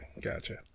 gotcha